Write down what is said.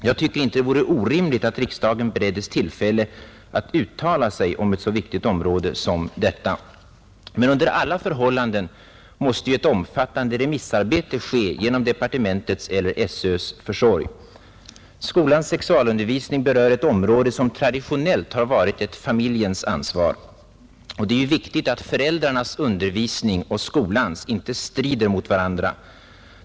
Jag tycker inte att det vore orimligt att riksdagen bereddes tillfälle att uttala sig om ett så viktigt område som detta. Under alla förhållanden måste emellertid ett omfattande remissarbete bedrivas genom departementets eller genom SÖ:s försorg. Skolans sexualundervisning berör ett område, som traditionellt varit ett familjens ansvar, och det är viktigt att föräldrarnas undervisning och skolans inte strider mot varandra.